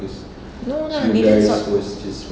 no lah didn't sort